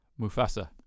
Mufasa